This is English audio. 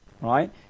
Right